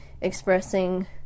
expressing